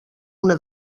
una